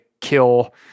kill